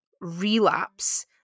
relapse